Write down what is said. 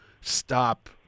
stop